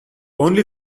only